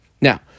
Now